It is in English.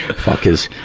fuck is